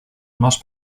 masz